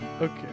Okay